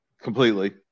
completely